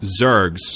zergs